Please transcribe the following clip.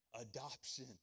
adoption